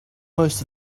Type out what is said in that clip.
most